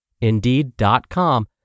Indeed.com